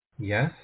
Yes